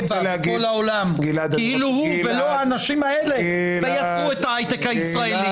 בה בכל העולם כאילו הוא ולא האנשים האלה עשו את ההיי-טק הישראלי.